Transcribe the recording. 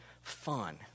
fun